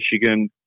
Michigan